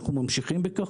אנחנו ממשיכים בכך.